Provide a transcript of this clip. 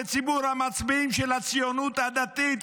לציבור המצביעים של הציונות הדתית,